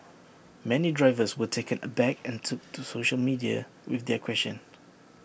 many drivers were taken aback and took to social media with their questions